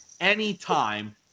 anytime